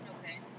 Okay